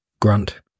grunt